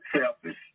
selfish